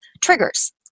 triggers